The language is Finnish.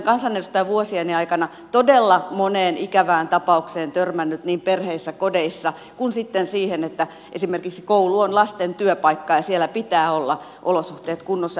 olen kansanedustajavuosieni aikana todella moneen ikävään tapaukseen törmännyt niin perheissä kodeissa kuin sitten siihen että esimerkiksi koulu on lasten työpaikka ja siellä pitää olla olosuhteiden kunnossa